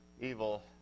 evil